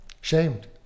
shamed